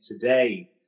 today